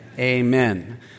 Amen